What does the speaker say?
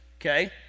okay